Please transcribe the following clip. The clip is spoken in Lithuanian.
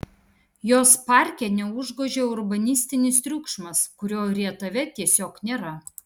jos parke neužgožia urbanistinis triukšmas kurio rietave tiesiog nėra